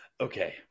okay